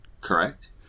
correct